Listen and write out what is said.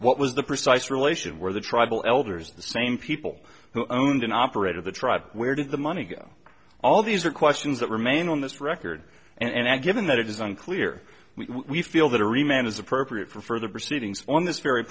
what was the precise relation where the tribal elders the same people who owned and operated the tribe where did the money go all these are questions that remain on this record and given that it is unclear we feel that every man is appropriate for further proceedings on this very